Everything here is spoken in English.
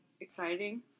exciting